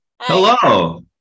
Hello